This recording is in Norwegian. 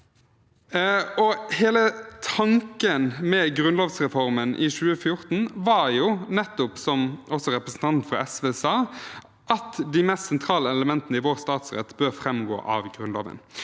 Hele tanken med grunnlovsreformen i 2014 var nettopp, som også representanten fra SV sa, at de mest sentrale elementene i vår statsrett bør framgå av Grunnloven.